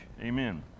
Amen